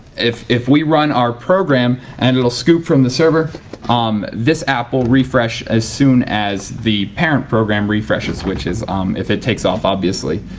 if if we run our program and it'll scoop from the server um this app will refresh as soon as the parent program refreshes. which um if it takes off, obviously,